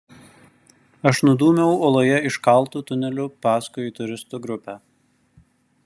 aš nudūmiau uoloje iškaltu tuneliu paskui turistų grupę